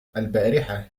البارحة